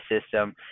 system